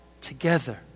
together